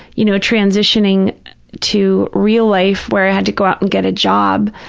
you know, transitioning to real life, where i had to go out and get a job,